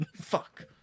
Fuck